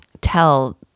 tell